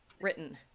written